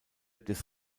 des